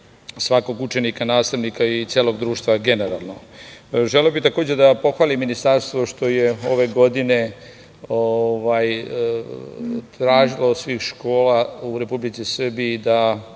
svakog učenika, nastavnika i celog društva generalno. Želeo bih takođe da pohvalim Ministarstvo što je ove godine tražilo od svih škola u Republici Srbiji da